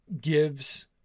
gives